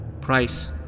Price